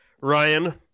Ryan